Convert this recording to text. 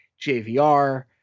JVR